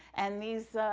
and these,